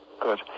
Good